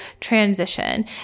transition